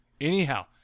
Anyhow